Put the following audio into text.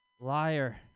Liar